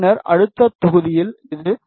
பின்னர் அடுத்த தொகுதிக்கு இது 0